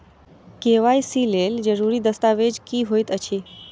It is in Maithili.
के.वाई.सी लेल जरूरी दस्तावेज की होइत अछि?